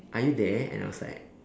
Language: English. are you there and I was like